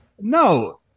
No